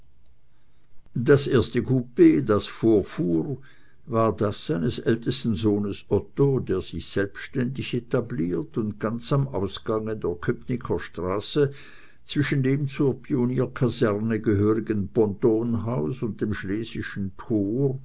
das erste coup das vorfuhr war das seines ältesten sohnes otto der sich selbständig etabliert und ganz am ausgange der köpnicker straße zwischen dem zur pionierkaserne gehörigen pontonhaus und dem schlesischen tor